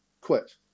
quit